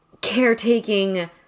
caretaking